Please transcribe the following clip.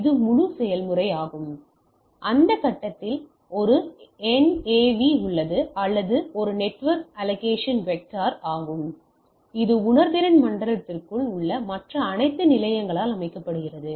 இது முழு செயல்முறையாகும் அந்த கட்டத்தில் ஒரு என்ஏவி உள்ளது அல்லது அது நெட்ஒர்க் அலோகேஷன் வெக்டர் ஆகும் இது உணர்திறன் மண்டலத்திற்குள் உள்ள மற்ற அனைத்து நிலையங்களால் அமைக்கப்படுகிறது